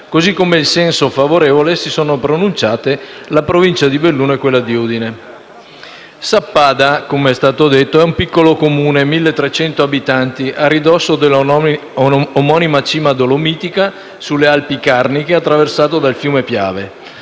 così come in senso favorevole si sono pronunciate la Provincia di Belluno e quella di Udine. Sappada, com'è stato detto, è un piccolo Comune (1.300 abitanti) a ridosso dell'omonima cima dolomitica, sulle Alpi Carniche, attraversato dal fiume Piave.